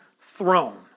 throne